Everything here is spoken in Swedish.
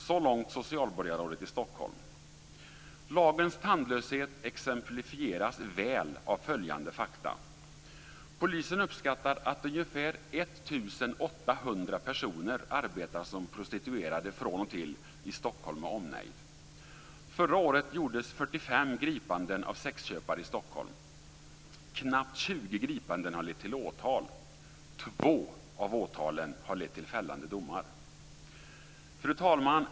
Så långt socialborgarrådet i Stockholm. Lagens tandlöshet exemplifieras väl av följande fakta: Polisen uppskattar att ungefär 1 800 personer arbetar som prostituerade från och till i Stockholm med omnejd. Förra året gjordes 45 gripanden av sexköpare i Stockholm. Knappt 20 gripanden har lett till åtal. Två av åtalen har lett till fällande domar. Fru talman!